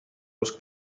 los